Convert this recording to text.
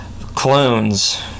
clones